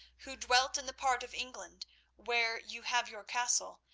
who dwelt in the part of england where you have your castle,